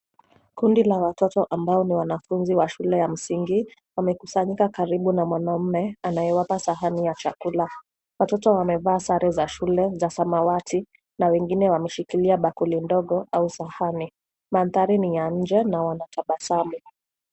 Kundi la watoto ambao ni wanafunzi wa shule ya msingi wamekusanyika karibu na mwanaume anayewapa sahani ya chakula. Watoto wamevaa sare za shule za samawati na wengine wameshikilia bakuli ndogo au sahani. Mandhari ni ya nje na wanatabasamu.